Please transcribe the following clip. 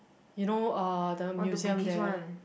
you know uh the museum there